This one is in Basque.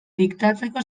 diktatzeko